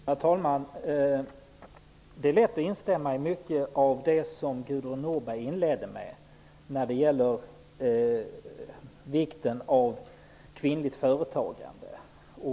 Herr talman! Det är lätt att instämma i mycket av det som Gudrun Norberg inledde med när det gäller vikten av kvinnligt företagande.